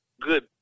good